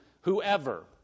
whoever